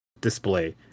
display